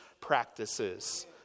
practices